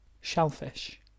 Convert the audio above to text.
Shellfish